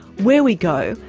where we go,